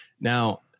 Now